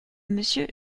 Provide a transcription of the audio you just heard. monsieur